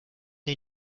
dir